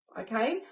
okay